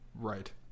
Right